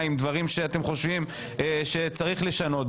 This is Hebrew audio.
עם דברים שאתם חושבים שצריך לשנות.